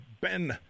Ben